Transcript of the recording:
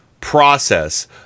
process